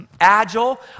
agile